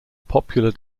popular